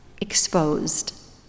exposed